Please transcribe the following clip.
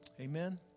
Amen